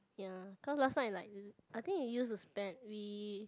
ya cause last time I like I think we used to spend we